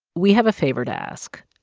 we have a favor to ask.